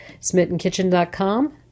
Smittenkitchen.com